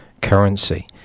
currency